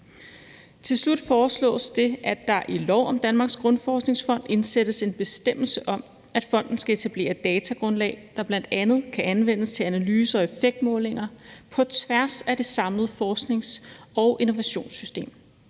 Til slut foreslås det, at der i lov om Danmarks Grundforskningsfond indsættes en bestemmelse om, at fonden skal etablere datagrundlag, der bl.a. kan anvendes til analyser af effektmålinger på tværs af det samlede forsknings- og innovationssystem.